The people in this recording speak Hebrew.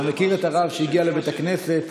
אתה מכיר את הרב שהגיע לבית הכנסת,